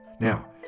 Now